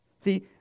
See